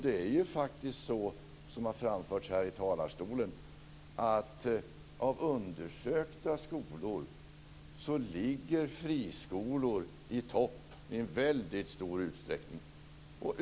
Det är faktiskt så, vilket har framförts här i talarstolen, att av undersökta skolor ligger friskolor i topp i väldigt stor utsträckning.